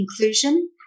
inclusion